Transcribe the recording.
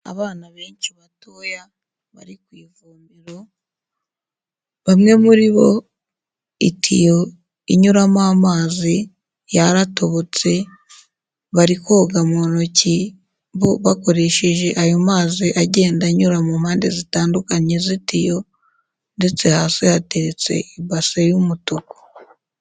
Abana benshi batoya bari ku ivomero, bamwe muri bo itiyo inyuramo amazi yaratobotse. Bari koga mu ntoki bo bakoresheje ayo mazi agenda anyura mu mpande zitandukanye z'itiyo ndetse hasi yatetse ibase y'umutuku.